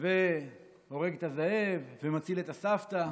והורג את הזאב ומציל את הסבתא.